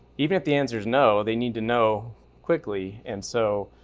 even if the answer's no, they need to know quickly. and so,